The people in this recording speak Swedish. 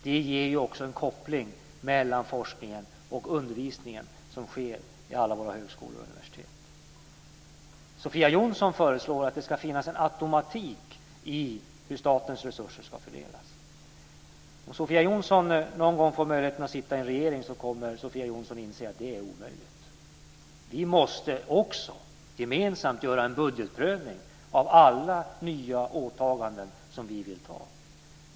Det ger ju också en koppling mellan forskningen och den undervisning som sker vid alla våra högskolor och universitet. Sofia Jonsson föreslår att det ska finnas en automatik i hur statens resurser ska fördelas. Om Sofia Jonsson någon gång får möjlighet att sitta i en regering kommer Sofia Jonsson att inse att det är omöjligt. Vi måste också gemensamt göra en budgetprövning av alla nya åtaganden som vi vill göra.